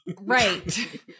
Right